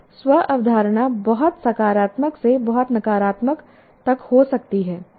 स्व अवधारणा बहुत सकारात्मक से बहुत नकारात्मक तक हो सकती है